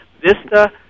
Vista